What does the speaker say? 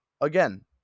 Again